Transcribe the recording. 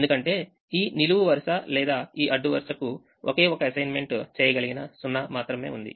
ఎందుకంటే ఈ నిలువు వరుస లేదా ఈ అడ్డు వరుసకు ఒకే ఒక అసైన్మెంట్ చేయగలిగిన 0 మాత్రమే ఉంది